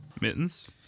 Mittens